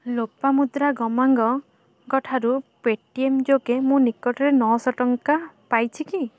ଲୋପାମୁଦ୍ରା ଗମାଙ୍ଗ ଙ୍କ ଠାରୁ ପେଟିଏମ୍ ଯୋଗେ ମୁଁ ନିକଟରେ ନଅଶହ ଟଙ୍କା ପାଇଛି କି